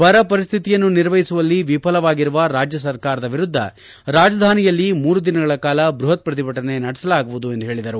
ಬರಪರಿಸ್ಥಿತಿಯನ್ನು ನಿರ್ವಹಿಸುವಲ್ಲಿ ವಿಫಲವಾಗಿರುವ ರಾಜ್ಜಸರ್ಕಾರದ ವಿರುದ್ದ ರಾಜಧಾನಿಯಲ್ಲಿ ಮೂರು ದಿನಗಳ ಕಾಲ ಬೃಹತ್ ಪ್ರತಿಭಟನೆ ನಡೆಸಲಾಗುವುದು ಎಂದು ಹೇಳಿದರು